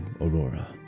Aurora